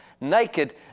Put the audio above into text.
naked